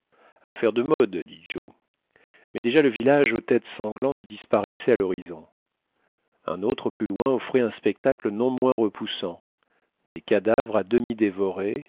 affaire de mode dit joe mais déjà le village aux têtes sanglantes disparaissait à l'horizon un autre plus loin offrait un spectacle non moins repoussant des cadavres à demi dévorés